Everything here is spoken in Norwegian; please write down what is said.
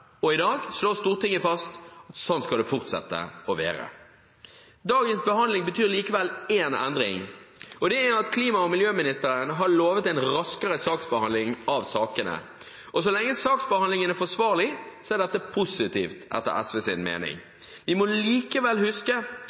og i dag slår Stortinget fast at slik skal det fortsette å være. Dagens behandling betyr likevel én endring, og det er at klima- og miljøministeren har lovet en raskere behandling av sakene. Så lenge saksbehandlingen er forsvarlig, er dette positivt etter SVs mening. Vi må likevel huske